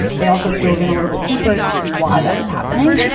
they also dove in a little bit deeper to see why that was happening.